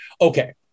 okay